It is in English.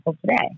today